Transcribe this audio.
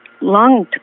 long